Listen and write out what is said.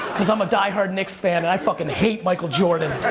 cause i'm a die-hard knicks fan and i fucking hate michael jordan.